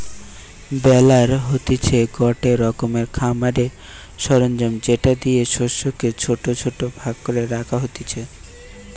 বেলার হতিছে গটে রকমের খামারের সরঞ্জাম যেটা দিয়ে শস্যকে ছোট ছোট ভাগ করে রাখা হতিছে